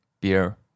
beer